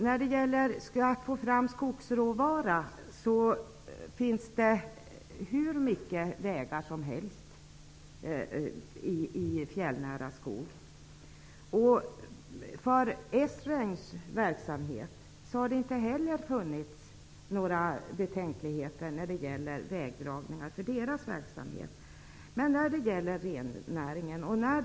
För att få fram skogsråvara finns det hur mycket vägar som helst i fjällnära skog. För Esranges verksamhet har det inte heller funnits några betänkligheter när det gäller vägdragningar.